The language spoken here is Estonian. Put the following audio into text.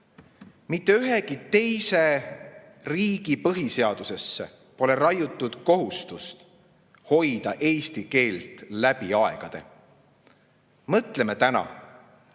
Mitte ühegi teise riigi põhiseadusesse pole raiutud kohustust hoida eesti keelt läbi aegade. Mõtleme täna,